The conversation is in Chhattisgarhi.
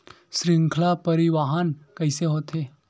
श्रृंखला परिवाहन कइसे होथे?